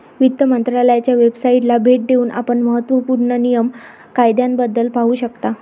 वित्त मंत्रालयाच्या वेबसाइटला भेट देऊन आपण महत्त्व पूर्ण नियम कायद्याबद्दल पाहू शकता